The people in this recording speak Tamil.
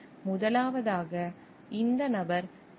முதலாவதாக இந்த நபர் எச்